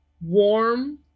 warm